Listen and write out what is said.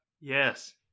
Yes